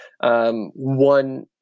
one